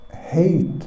hate